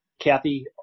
Kathy